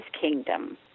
kingdom